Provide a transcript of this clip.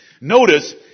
Notice